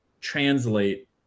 translate